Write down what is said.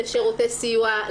לשירותי סיוע,